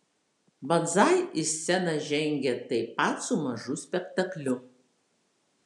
banzai į sceną žengė taip pat su mažu spektakliu